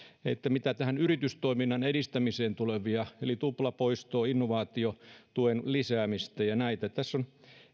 mitä yritystoiminnan edistämiseen tulee eli tuplapoisto innovaatiotuen lisääminen ja nämä tässä on